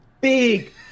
big